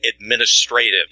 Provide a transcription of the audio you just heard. administrative